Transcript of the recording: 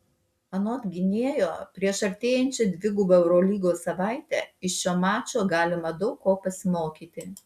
anot gynėjo prieš artėjančią dvigubą eurolygos savaitę iš šio mačo galima daug ko pasimokyti